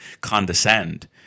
condescend